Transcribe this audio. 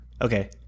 Okay